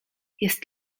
jest